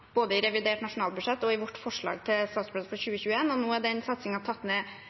både i revidert nasjonalbudsjett og i vårt forslag til statsbudsjett for 2021. Nå er den satsingen tatt litt ned,